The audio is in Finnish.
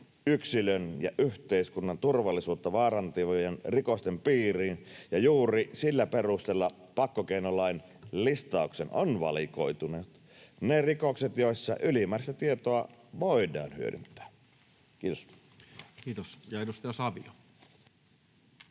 yksilön ja yhteiskunnan turvallisuutta vaarantavien rikosten piiriin, ja juuri sillä perusteella pakkokeinolain listaukseen ovat valikoituneet ne rikokset, joissa ylimääräistä tietoa voidaan hyödyntää. — Kiitos. [Speech